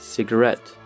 Cigarette